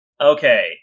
Okay